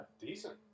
Decent